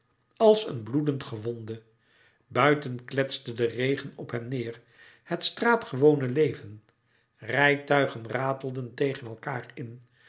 als een bloedend gewonde buiten kletste de regen op hem neêr het straatgewone leven rijtuigen ratelden tegen elkaâr in